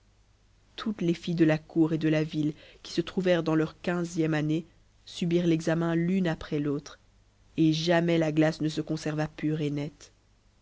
toutes les filles de la cour et de la ville qui se trouvèrent dans leur quinzième année subirent l'examen l'une après l'autre et jamais la glace ne se conserva pure et nette